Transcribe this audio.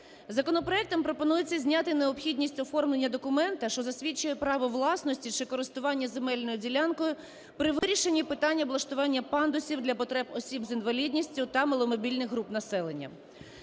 Законопроектом пропонується зняти необхідність оформлення документу, що засвідчує право власності чи користування земельною ділянкою при вирішенні питання облаштування пандусів для потреб осіб з інвалідністю та маломобільних груп населення.